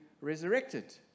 resurrected